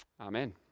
Amen